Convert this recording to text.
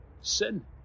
sin